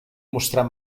mostrar